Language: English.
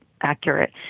accurate